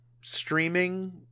streaming